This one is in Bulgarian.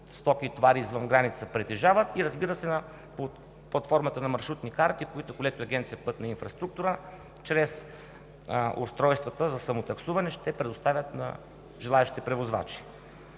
стоки и товари извън граница, притежават и, разбира се, под формата на маршрутни карти, които колегите от Агенция „Пътна инфраструктура“ чрез устройствата за самотаксуване ще предоставят на желаещи превозвачи.